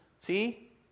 See